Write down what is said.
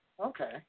Okay